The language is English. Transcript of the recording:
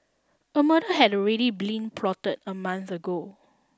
a murder had already been plotted a month ago